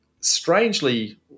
strangely